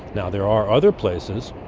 now there are other places,